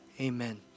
Amen